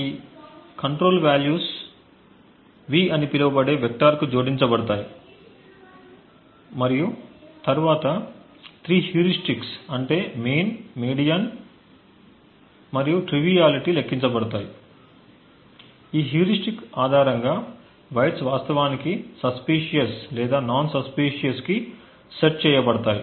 ఈ control values V అని పిలువబడే వెక్టార్కు జోడించబడతాయి మరియు తరువాత 3 హ్యూరిస్టిక్స్ అంటే మీన్ మీడియన్ మరియు ట్రివియాలిటీ లెక్కించబడతాయి మరియు ఈ హ్యూరిస్టిక్స్ ఆధారంగా వైర్స్ వాస్తవానికి సస్పీసియస్ లేదా నాన్ సస్పీసియస్ కు సెట్ చేయబడతాయి